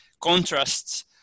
contrasts